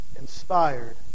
inspired